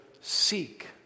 seek